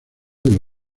del